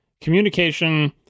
communication